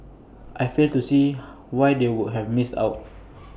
I fail to see why they would have missed out